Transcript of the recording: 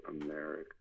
America